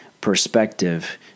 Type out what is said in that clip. perspective